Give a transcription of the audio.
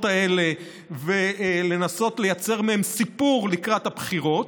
האלה ולנסות לייצר מהן סיפור לקראת הבחירות.